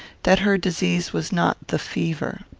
that her disease was not the fever.